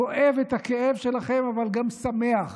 כואב את הכאב שלכם אבל גם שמח